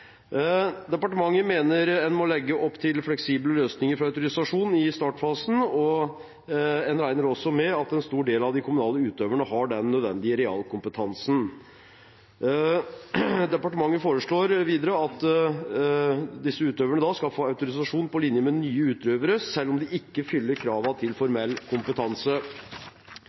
Departementet mener en må legge opp til fleksible løsninger for autorisasjon i startfasen, og en regner også med at en stor del av de kommunale utøverne har den nødvendige realkompetansen. Departementet foreslår videre at disse utøverne skal få autorisasjon på linje med nye utøvere selv om de ikke fyller kravene til formell kompetanse.